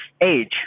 age